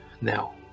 now